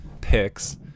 picks